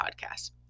podcast